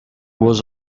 was